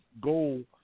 goal